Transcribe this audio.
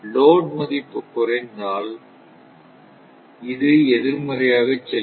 load மதிப்பு குறைந்தால் இது எதிர்மறையாக செல்லும்